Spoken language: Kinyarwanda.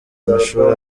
amashuri